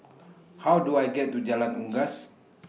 How Do I get to Jalan Unggas